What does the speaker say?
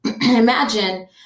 Imagine